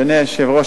אדוני היושב-ראש,